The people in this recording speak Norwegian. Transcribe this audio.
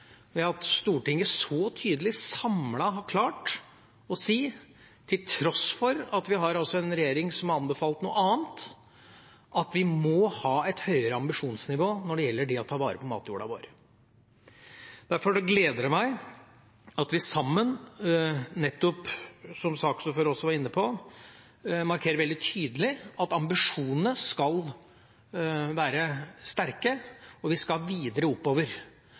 Stortinget så tydelig samlet har klart å si – til tross for at vi har en regjering som har anbefalt noe annet – at vi må ha et høyere ambisjonsnivå når det gjelder det å ta vare på matjorda vår. Derfor gleder det meg at vi sammen, som saksordføreren også var inne på, markerer veldig tydelig at ambisjonene skal være høye, og vi skal videre oppover.